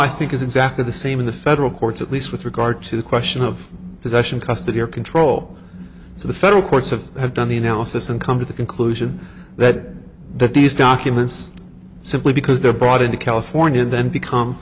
i think is exactly the same in the federal courts at least with regard to the question of possession custody or control so the federal courts of have done the analysis and come to the conclusion that that these documents simply because they're brought in to california and then become